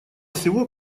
всего